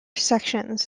sections